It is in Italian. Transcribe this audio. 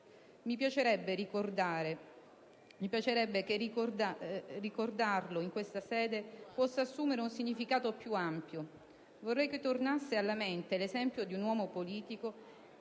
Mi piacerebbe che ricordarlo in questa sede possa assumere un significato più ampio: vorrei che tornasse alla mente l'esempio di uomo politico